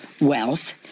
wealth